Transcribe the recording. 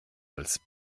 als